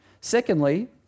Secondly